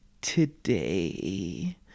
Today